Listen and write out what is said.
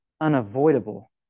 unavoidable